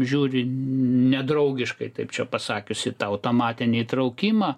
žiūri nedraugiškai taip čia pasakius į tą automatinį įtraukimą